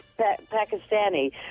Pakistani